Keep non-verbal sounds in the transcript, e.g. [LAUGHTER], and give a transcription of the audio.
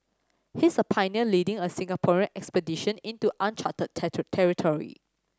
he's a pioneer leading a Singaporean expedition into uncharted [UNINTELLIGIBLE] territory